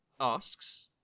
asks